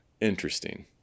Interesting